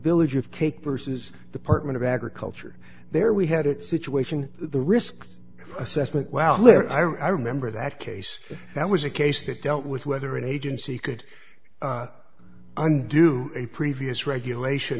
village of cake versus the partment of agriculture there we had it situation the risk assessment well clear i remember that case that was a case that dealt with whether an agency could undo a previous regulation